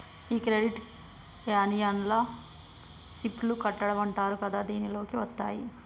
ఈ క్రెడిట్ యూనియన్లో సిప్ లు కట్టడం అంటారు కదా దీనిలోకి వత్తాయి